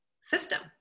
system